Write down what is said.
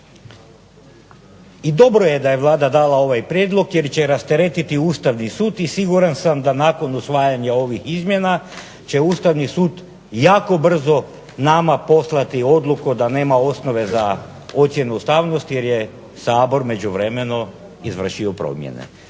I dobro je da je Vlada dala ovaj prijedlog, jer će rasteretiti Ustavni sud, i siguran sam da nakon usvajanja ovih izmjena će Ustavni sud jako brzo nama poslati odluku da nema osnove za ocjenu ustavnosti jer je Sabor međuvremeno izvršio promjene.